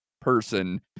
person